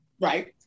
Right